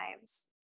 lives